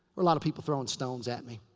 were a lot of people throwing stones at me.